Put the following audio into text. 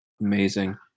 Amazing